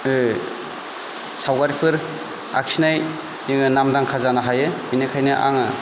सावगारिफोर आखिनाय जोङो नामदांखा जानो हायो बिनिखायनो आङो